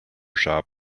shop